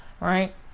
right